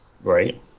right